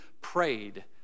prayed